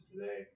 today